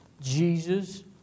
Jesus